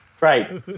Right